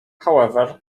however